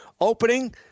opening –